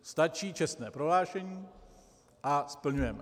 Stačí čestné prohlášení, a splňujeme.